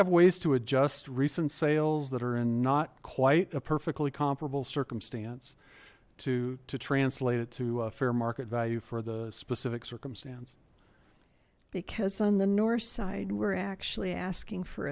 have ways to adjust recent sales that are in not quite a perfectly comparable circumstance to to translate it to a fair market value for the specific circumstance because on the north side we're actually asking for